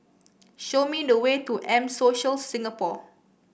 show me the way to M Social Singapore